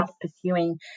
pursuing